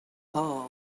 car